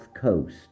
coast